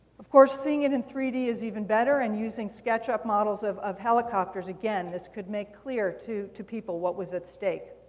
of course, seeing it in three d is even better. and using sketchup models of of helicopters, again, this could make clear to to people what was at stake.